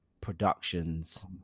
productions